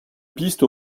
piste